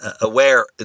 aware